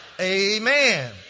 Amen